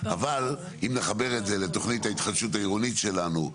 אבל אם נחבר את זה לתוכנית ההתחדשות העירונית שלנו,